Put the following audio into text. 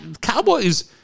Cowboys